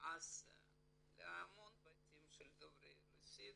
אז להמון בתים של דוברי רוסית,